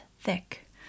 thick